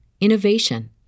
innovation